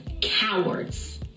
Cowards